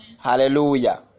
Hallelujah